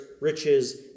riches